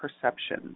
perception